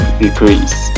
decrease